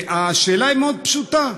והשאלה היא מאוד פשוטה: